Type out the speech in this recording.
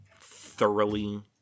thoroughly